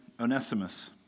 Onesimus